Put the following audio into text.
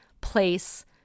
place